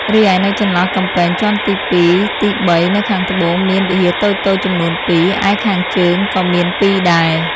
រីឯនៅចន្លោះកំពែងជាន់ទីពីរនិងទីបីនៅខាងត្បូងមានវិហារតូចៗចំនួនពីរ ឯខាងជើងក៏មានពីរដែរ ។